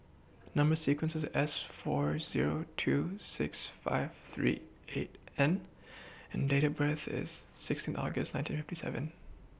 Number sequence IS S four Zero two six five three eight N and Date of birth IS sixteen August nineteen fifty seven